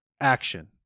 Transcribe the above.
action